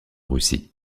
russie